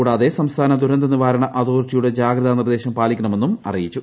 കൂടാതെ സംസ്ഥാന ദുരന്ത നിവാരണ അതോറിറ്റിയുടെ ജാഗ്രതാ നിർദേശം പാലിക്കണമെന്നും അറിയിച്ചു